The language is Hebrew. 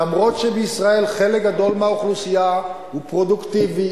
אף-על-פי שבישראל חלק גדול מהאוכלוסייה הוא פרודוקטיבי,